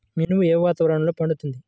మినుము ఏ వాతావరణంలో పండుతుంది?